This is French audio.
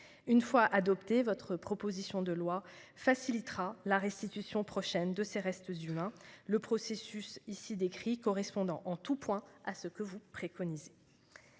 Une fois adoptée, votre proposition de loi facilitera la restitution prochaine de ces restes humains, le processus ici décrit correspondant en tout point à ce que vous préconisez.